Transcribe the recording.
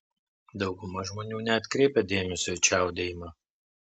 dauguma žmonių neatkreipia dėmesio į čiaudėjimą